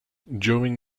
during